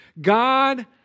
God